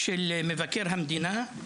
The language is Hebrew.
קראתי את הדוח של מבקר המדינה ב-2018.